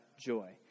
joy